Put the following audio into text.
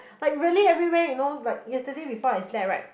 like really everywhere you know like yesterday before I slept right